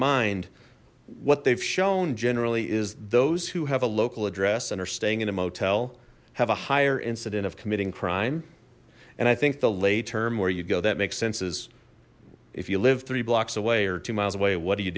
mind what they've shown generally is those who have a local address and are staying in a motel have a higher incident of committing crime and i think the lay term where you go that makes sense is if you live three blocks away or two miles away what are you